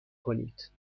کنید